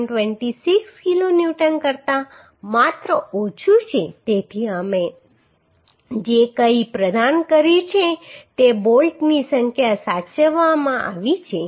26 kilo newton કરતાં માત્ર ઓછું છે તેથી અમે જે કંઈપણ પ્રદાન કર્યું છે તે બોલ્ટની સંખ્યા સાચવવામાં આવી છે